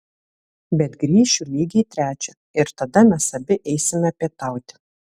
bet grįšiu lygiai trečią ir tada mes abi eisime pietauti